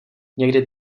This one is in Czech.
někdy